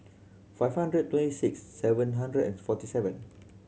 five hundred twenty six seven hundred and forty seven